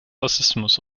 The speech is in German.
rassismus